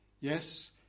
yes